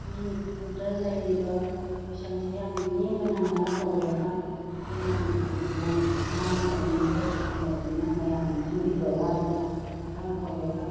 ꯃꯅꯤꯄꯨꯔꯗ ꯂꯩꯔꯤꯕ ꯄꯣꯄꯨꯂꯦꯁꯟꯁꯦ ꯌꯥꯝꯅ ꯅꯦꯝꯕꯅ ꯃꯔꯝ ꯑꯣꯏꯔꯒ ꯑꯩꯈꯣꯏꯒꯤ ꯃꯅꯤꯄꯨꯔꯤ ꯂꯣꯟ ꯉꯥꯡꯅꯕ ꯃꯤꯁꯦ ꯌꯥꯝꯗꯕꯅꯤꯅ ꯃꯌꯥꯝꯅ ꯈꯪꯕꯤꯕ ꯋꯥꯠꯄꯅ ꯃꯔꯝ ꯑꯣꯏꯔꯒ